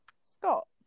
Scott